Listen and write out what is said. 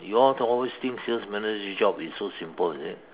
you all to always think sales manager job is so simple is it